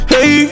Hey